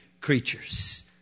creatures